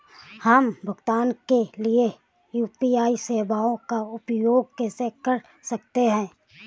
हम भुगतान के लिए यू.पी.आई सेवाओं का उपयोग कैसे कर सकते हैं?